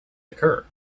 occur